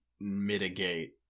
mitigate